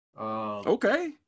okay